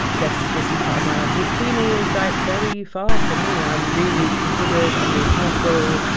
ah this this is part of my life. and queenie is, like, very far from me. i'm really considered. i'm really careful.